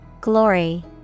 Glory